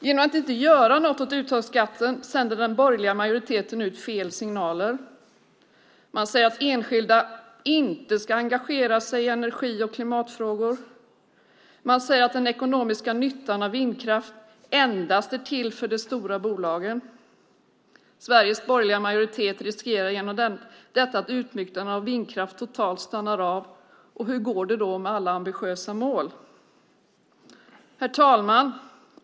Genom att inte göra något åt uttagsbeskattningen sänder den borgerliga majoriteten ut fel signaler. Man säger att enskilda inte ska engagera sig i energi och klimatfrågor. Man säger att den ekonomiska nyttan av vindkraft endast är till för de stora bolagen. Sveriges borgerliga majoritet riskerar genom detta att utbyggnaden av vindkraft totalt stannar av. Hur går det då med alla ambitiösa mål? Herr talman!